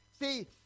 See